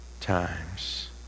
times